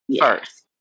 first